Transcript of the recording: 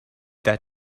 that